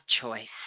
choice